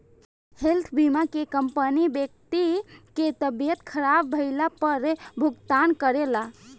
health बीमा में company व्यक्ति के तबियत ख़राब भईला पर भुगतान करेला